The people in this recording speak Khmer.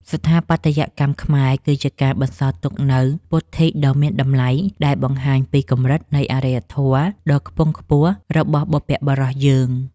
ស្ថាបត្យកម្មខ្មែរគឺជាការបន្សល់ទុកនូវពុទ្ធិដ៏មានតម្លៃដែលបង្ហាញពីកម្រិតនៃអារ្យធម៌ដ៏ខ្ពង់ខ្ពស់របស់បុព្វបុរសយើង។